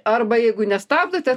arba jeigu nestabdote